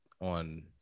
On